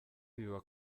biba